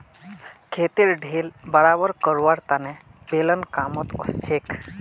खेतेर ढेल बराबर करवार तने बेलन कामत ओसछेक